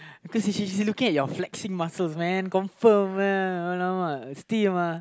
because she she looking at your flexing muscles man confirmed lah steam uh